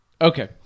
Okay